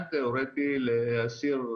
ומייד הוריתי להסיר.